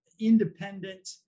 independent